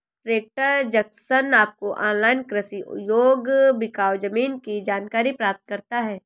tractor junction आपको online कृषि योग्य बिकाऊ जमीन की जानकारी प्रदान करता है